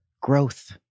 Growth